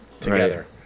together